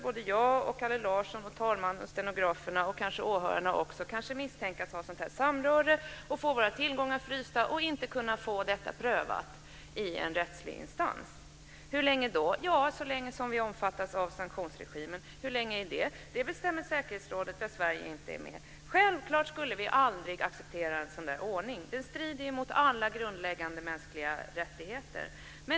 Både jag och Kalle Larsson, talmannen, stenograferna och kanske också åhörarna skulle kanske misstänkas för samröre och få våra tillgångar frysta och inte kunna få det prövat i en rättslig instans. Hur länge skulle det vara? Så länge som vi omfattas av sanktionsregimen. Hur länge är det? Det bestämmer säkerhetsrådet, där Sverige inte är med. Självklart skulle vi aldrig acceptera en sådan ordning. Det strider mot alla grundläggande mänskliga rättigheter.